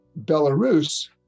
Belarus